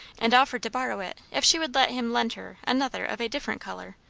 and offered to borrow it if she would let him lend her another of different colour,